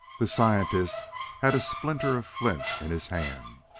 the scientist had a splinter of flint in his hand,